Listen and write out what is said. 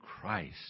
Christ